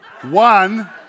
One